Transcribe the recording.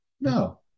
no